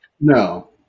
No